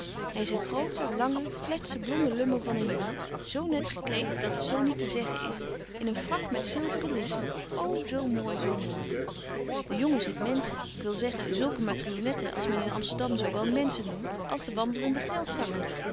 hy is een grote lange fletze blonde lummel van een jongen zo net gekleed dat het zo niet te zeggen is in een frak met zilveren lissen ô zo mooi zo mooi de jongen ziet menschen k wil zeggen zulke marionetten als men in amsterdam zo wel menschen noemt als de wandelende geldzakken